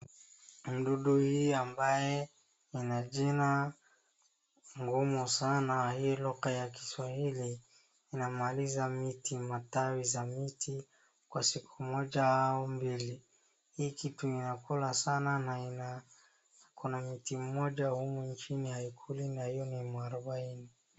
Dudu hii ambaye ina jina ngumu sana, hii lugha ya kiswahili, inamaliza miti, matawi za miti kwa siku moja au mbili. Hii kitu ina kula sana na kuna miti moja humu nchini haikulli na hiyo ni mwarubaini.